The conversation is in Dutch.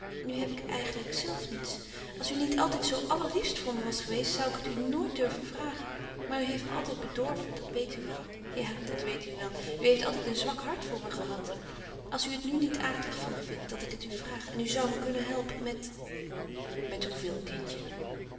nu heb ik eigenlijk zelf niets als u niet altijd louis couperus van oude menschen de dingen die voorbij gaan zoo allerliefst voor me was geweest zoû ik het u nooit durven vragen maar u heeft me altijd bedorven dat weet u wel ja dat weet u wel u heeft altijd een zwak hart voor me gehad als u het nu niet akelig van me vindt dat ik het u vraag en u zoû me kunnen helpen met met hoeveel kindje